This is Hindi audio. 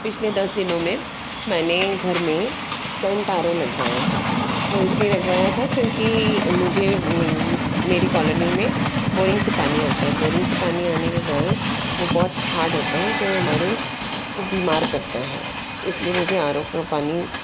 पिछले दस दिनों में मैंने घर में केंट आर ओ लगवाया था वो इस लिए लगवाया था क्योंकि मुझे मेरी कॉलोनी में बोरिंग से पानी आता हैं बोरिंग से पानी आने के कारण करता है वो बहुत हार्ड होता है जो हमारे को बीमार करता है इस लिए मुझे आर ओ का पानी